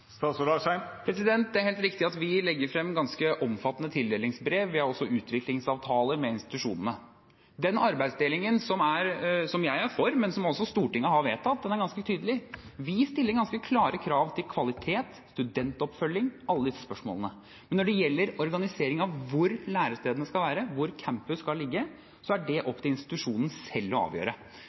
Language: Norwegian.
Det er helt riktig at vi legger frem ganske omfattende tildelingsbrev. Vi har også utviklingsavtaler med institusjonene. Den arbeidsdelingen som jeg er for, og som også Stortinget har vedtatt, er ganske tydelig. Vi stiller ganske klare krav til kvalitet, studentoppfølging – alle disse spørsmålene. Men når det gjelder organisering av hvor lærestedene skal være, hvor campus skal ligge, er det opp til institusjonene selv å avgjøre.